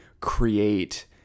create